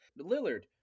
Lillard